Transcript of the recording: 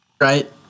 Right